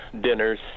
dinners